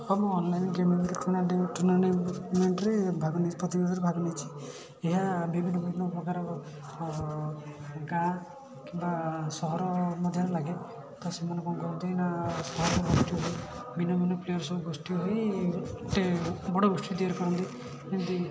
ସବୁ online game ଏମିତି ଟୁର୍ଣ୍ଣାମେଣ୍ଟରେ ଏମିତି ଭାଗ ନେଇଛି ପଚିଶ ହଜାରରେ ଭାଗ ନେଇଛି ଏହା ବିଭିନ୍ନ ପ୍ରକାରର ଗାଁ କିମ୍ବା ସହର ମଧ୍ୟରେ ଲାଗେ ତ ସେଇମାନେ କ'ଣ କରନ୍ତି ନା ଭିନ୍ନ ଭିନ୍ନ ପ୍ଲେୟାର୍ ସବୁ ଗୋଷ୍ଠୀ ହୋଇ ଗୋଟେ ବଡ଼ ଗୋଷ୍ଠୀ ତିଆରି କରନ୍ତି ଯେମିତି